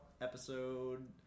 episode